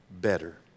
Better